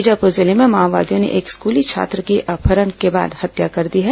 बीजापुर जिले में माओवादियों ने एक स्कूली छात्र की अपहरण के बाद हत्या कर दी है